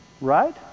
Right